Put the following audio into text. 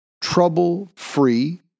trouble-free